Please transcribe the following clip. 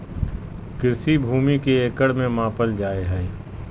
कृषि भूमि के एकड़ में मापल जाय हइ